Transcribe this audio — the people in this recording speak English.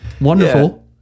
wonderful